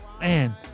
Man